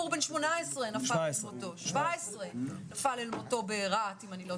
האחרון בחור בן 17 נפל אל מותו ברהט.